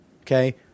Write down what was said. Okay